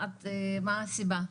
מה הסיבה?